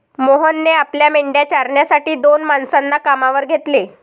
मोहनने आपल्या मेंढ्या चारण्यासाठी दोन माणसांना कामावर घेतले